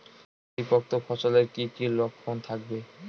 পরিপক্ক ফসলের কি কি লক্ষণ থাকবে?